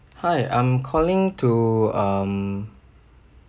hi I'm calling to um